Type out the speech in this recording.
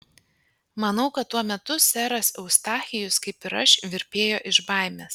manau kad tuo metu seras eustachijus kaip ir aš virpėjo iš baimės